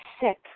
sick